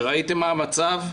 שראיתם מה המצב שלו,